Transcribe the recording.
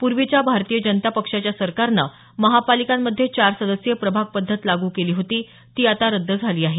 पूर्वीच्या भारतीय जनता पक्षाच्या सरकारनं महापालिकांमध्ये चार सदस्यीय प्रभाग पद्धत लागू केली होती ती आता रद्द झाली आहे